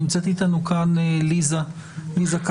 נמצאת איתנו כאן ליזה כץ,